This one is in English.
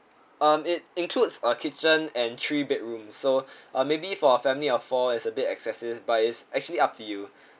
um it includes a kitchen and three bedrooms so uh maybe for a family of four it's a bit excessive but it's actually up to you